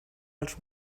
els